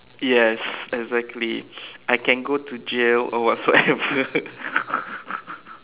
yes exactly I can got to jail or whatsoever